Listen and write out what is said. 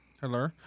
Hello